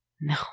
No